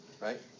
right